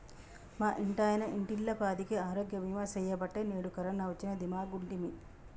మా ఇంటాయన ఇంటిల్లపాదికి ఆరోగ్య బీమా సెయ్యబట్టే నేడు కరోన వచ్చినా దీమాగుంటిమి